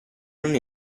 non